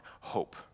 hope